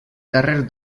carrer